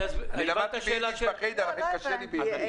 אני למדתי ביידיש בחדר, קשה לי בעברית.